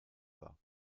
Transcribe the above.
pas